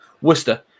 Worcester